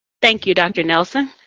thank you, dr. nelson.